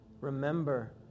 Remember